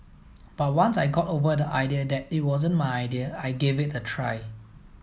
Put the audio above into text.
but once I got over the idea that it wasn't my idea I gave it a try